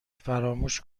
فراموش